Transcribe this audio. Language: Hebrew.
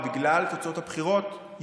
או בגלל תוצאות הבחירות,